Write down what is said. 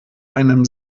einem